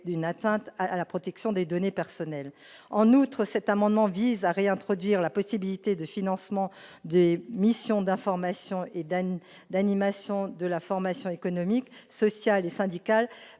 une atteinte à la protection des données personnelles. En outre, cet amendement vise à réintroduire la possibilité de financement de missions d'information et d'animation de la formation économique, sociale et syndicale